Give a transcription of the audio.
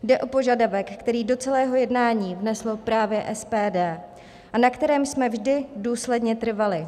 Jde o požadavek, který do celého jednání vneslo právě SPD a na kterém jsme vždy důsledně trvali.